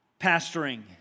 pastoring